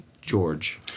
George